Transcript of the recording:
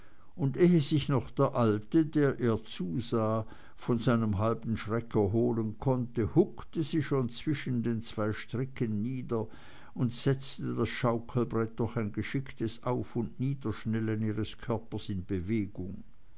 und ehe sich noch der alte der ihr zusah von seinem halben schreck erholen konnte huckte sie schon zwischen den zwei stricken nieder und setzte das schaukelbrett durch ein geschicktes auf und niederschnellen ihres körpers in bewegung